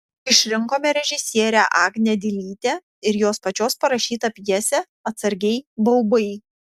išrinkome režisierę agnę dilytę ir jos pačios parašytą pjesę atsargiai baubai